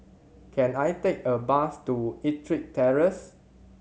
can I take a bus to Ettrick Terrace